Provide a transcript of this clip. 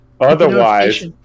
Otherwise